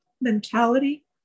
mentality